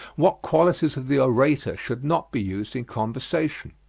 what qualities of the orator should not be used in conversation.